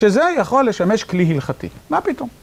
שזה יכול לשמש כלי הלכתי, מה פתאום.